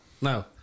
No